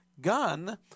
gun